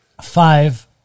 Five